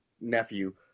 nephew